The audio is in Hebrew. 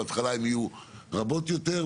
בהתחלה הן יהיו רבות יותר,